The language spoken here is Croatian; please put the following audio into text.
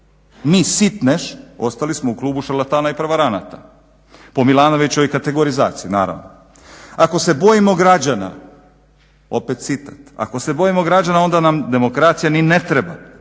Mi sitnež ostali smo u klubu šarlatana i prevaranata po Milanovićevoj kategorizaciji, naravno. Ako se bojimo građana opet citat, ako se bojimo građana onda nam demokracija ni ne treba,